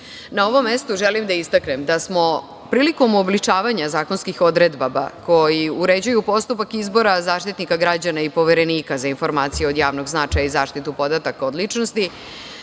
ovom mestu želim da istaknem da smo se prilikom uobličavanja zakonskih odredaba koji uređuju postupak izbora Zaštitnika građana i Poverenika za informacije od javnog značaja i zaštitu podataka o ličnosti